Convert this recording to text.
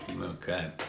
Okay